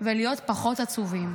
ולהיות פחות עצובים